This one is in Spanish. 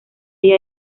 ella